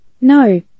no